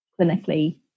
clinically